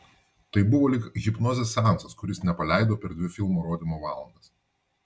tai buvo lyg hipnozės seansas kuris nepaleido per dvi filmo rodymo valandas